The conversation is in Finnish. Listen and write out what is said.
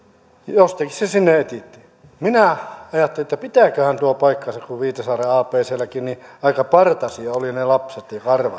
jostakin ne sinne etsittiin minä ajattelin että pitääköhän tuo paikkansa kun viitasaaren abclläkin aika partaisia ja karvaisia olivat ne lapset